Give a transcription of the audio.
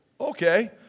Okay